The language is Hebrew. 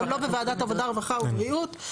גם לא בוועדת עבודה ורווחה ובריאות.